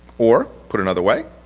or, put another way,